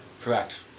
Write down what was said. Correct